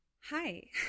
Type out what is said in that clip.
hi